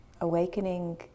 awakening